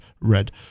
red